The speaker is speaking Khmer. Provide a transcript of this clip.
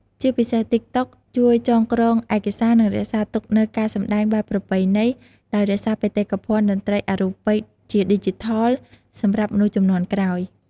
ជាពិសេស តិកតុក ជួយចងក្រងឯកសារ និងរក្សាទុកនូវការសម្តែងបែបប្រពៃណី ដោយរក្សាបេតិកភណ្ឌតន្ត្រីអរូបីជាឌីជីថលសម្រាប់មនុស្សជំនាន់ក្រោយ។